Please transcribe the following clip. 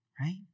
right